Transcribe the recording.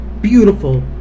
beautiful